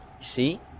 see